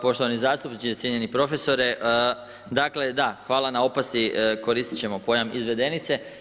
Poštivani zastupniče, cijenjeni profesore, dakle, da, hvala na opasci, koristit ćemo pojam izvedenice.